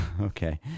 Okay